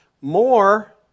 More